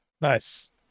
Nice